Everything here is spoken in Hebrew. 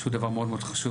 שהוא דבר מאוד מאוד חשוב.